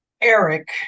Eric